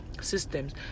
systems